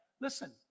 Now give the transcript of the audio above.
Listen